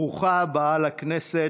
ברוכה הבאה לכנסת,